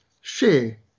share